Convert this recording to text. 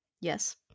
Yes